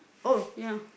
ya